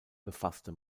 befasste